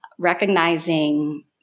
recognizing